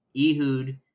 Ehud